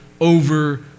over